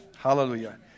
Hallelujah